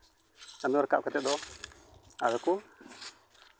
ᱪᱟᱸᱫᱳ ᱨᱟᱠᱟᱵᱽ ᱠᱟᱛᱮᱫ ᱫᱚ ᱟᱫᱚ ᱠᱚ